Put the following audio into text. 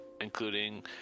including